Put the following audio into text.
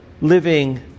living